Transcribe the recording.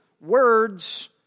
words